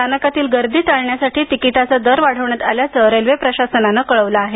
स्थानकातील गर्दी टाळण्यासाठी तिकिटाचा दर वाढवण्यात आल्याचं रेल्वे प्रशासनानं कळवलं आहे